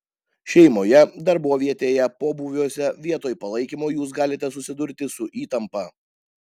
šeimoje darbovietėje pobūviuose vietoj palaikymo jūs galite susidurti su įtampa